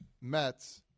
Mets